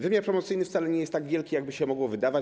Wymiar promocyjny wcale nie jest tak wielki, jak by się mogło wydawać.